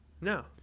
No